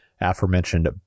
aforementioned